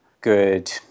good